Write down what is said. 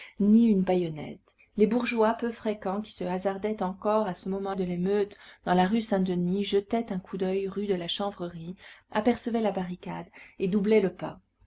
ni une bayonnette les bourgeois peu fréquents qui se hasardaient encore à ce moment de l'émeute dans la rue saint-denis jetaient un coup d'oeil rue de la chanvrerie apercevaient la barricade et doublaient le pas